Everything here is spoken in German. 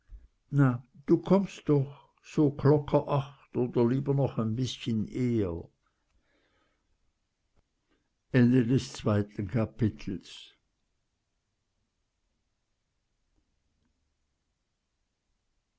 na du kommst doch so klocker acht oder lieber noch ein bißchen eh'r drittes kapitel